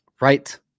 Right